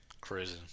Crazy